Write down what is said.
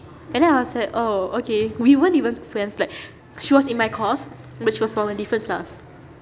and then I was like oh okay we weren't even friends like she was in my course but she was from a different class